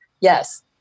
Yes